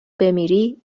بمیری